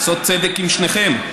לעשות צדק עם שניכם.